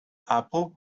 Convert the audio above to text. apple